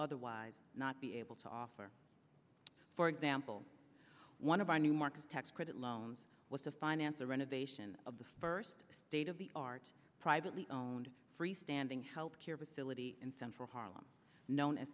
otherwise not be able to offer for example one of our new markets tax credit loans was to finance the renovation of the first state of the art privately owned freestanding health care facility in central harlem known as